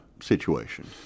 situation